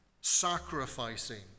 sacrificing